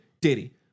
Diddy